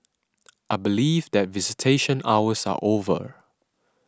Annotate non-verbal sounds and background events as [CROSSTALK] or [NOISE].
[NOISE] I believe that visitation hours are over